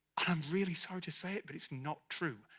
i'm really sorry to say it, but it's not true.